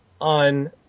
on